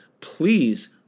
please